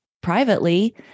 privately